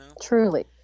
truly